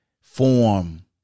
form